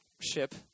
ship